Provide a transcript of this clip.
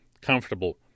comfortable